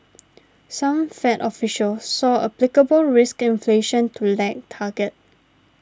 some Fed officials saw applicable risk inflation to lag target